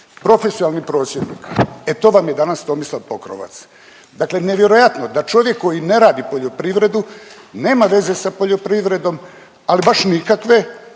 profesionalni prosvjednik, e to vam je danas Tomislav Pokrovac. Dakle, nevjerojatno da čovjek koji ne radi poljoprivredu, nema veze sa poljoprivredom, ali baš nikakve,